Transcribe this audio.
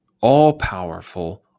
all-powerful